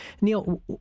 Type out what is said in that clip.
Neil